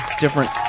different